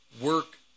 work